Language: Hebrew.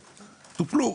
טופלו.